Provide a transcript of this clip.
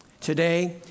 Today